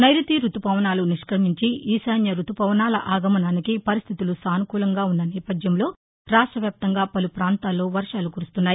నైరుతి రుతుపవనాలు ని ప్యమించి ఈ శాన్య రుతుపవనాల ఆగమనానికి పరిస్టితులు సానుకూలంగా వున్న నేపధ్యంలో రాష్ట్ర వ్యాప్తంగా పలు పాంతాల్లో వర్షాలు కురుస్తున్నాయి